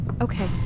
Okay